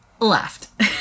Laughed